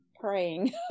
praying